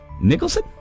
Nicholson